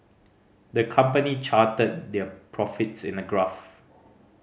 the company charted their profits in a graph